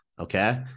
okay